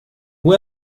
who